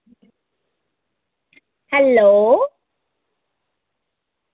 hello